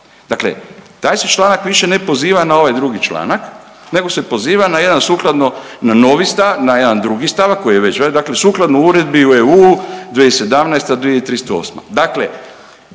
Dakle, taj se članak više ne poziva na ovaj drugi članak, nego se poziva na jedan sukladno na jedan drugi stavak koji je … dakle sukladno Uredbi EU 2017.-2038. Dakle,